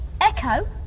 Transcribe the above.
echo